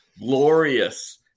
glorious